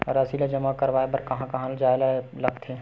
राशि ला जमा करवाय बर कहां जाए ला लगथे